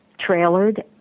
trailered